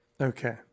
Okay